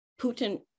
Putin